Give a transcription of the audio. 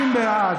נמנע?